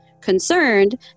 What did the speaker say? Concerned